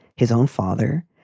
his own father.